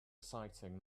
exciting